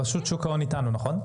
נציג רשות שוק ההון איתנו, נכון?